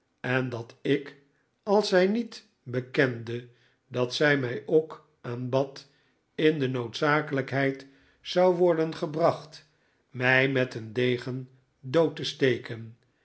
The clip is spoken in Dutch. en dat ik als zij niet bekende dat zij mij ook aanbad in de noodzakelijkheid zou worden gebracht mij met een degen dood te steken